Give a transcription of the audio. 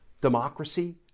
democracy